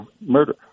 murder